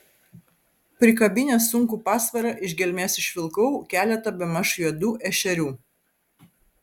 prikabinęs sunkų pasvarą iš gelmės išvilkau keletą bemaž juodų ešerių